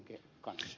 herra puhemies